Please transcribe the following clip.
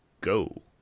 go